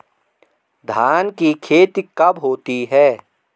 धान की खेती कब होती है?